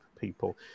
people